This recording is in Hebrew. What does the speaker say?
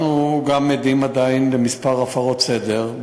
אנחנו גם עדים עדיין לכמה הפרות סדר,